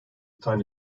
tane